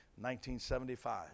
1975